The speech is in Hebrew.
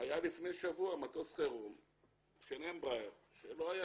היה לפני שבוע מטוס חירום של Embraer שלא היו